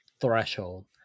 threshold